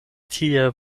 tie